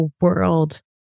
world